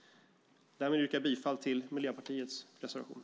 Därmed yrkar jag bifall till Miljöpartiets reservationer.